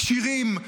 כשירים,